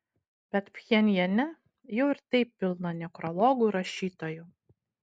bet pchenjane jau ir taip pilna nekrologų rašytojų